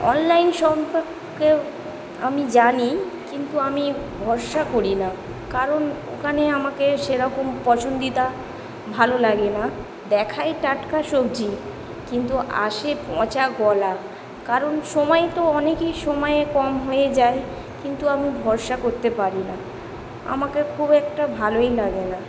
online সম্পর্কেও আমি জানি কিন্তু আমি ভরসা করি না কারণ ওখানে আমাকে সেরকম পছন্দিদা ভালো লাগে না দেখায় টাটকা সবজি কিন্তু আসে পচাগলা কারণ সময় তো অনেকই সময়ে কম হয়ে যায় কিন্তু আমি ভরসা করতে পারি না আমাকে খুব একটা ভালোই লাগে না